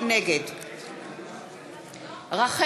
נגד רחל עזריה,